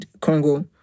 congo